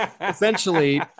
essentially